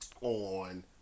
on